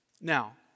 Now